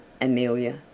Amelia